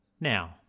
Now